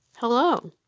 Hello